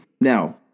Now